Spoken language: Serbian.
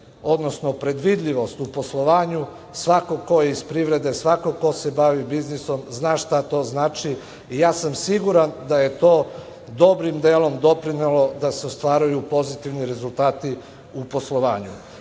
odnosno predvidljivost u poslovanju, svako ko je iz privrede, svako ko se bavi biznisom zna šta to znači. Ja sam siguran da je to dobrim delom doprinelo da se ostvaruju pozitivni rezultati u poslovanju